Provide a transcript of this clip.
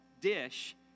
dish